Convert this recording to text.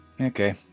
okay